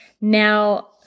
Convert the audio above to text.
Now